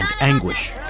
anguish